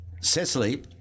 Cecily